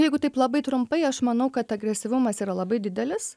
jeigu taip labai trumpai aš manau kad agresyvumas yra labai didelis